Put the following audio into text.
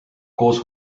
koos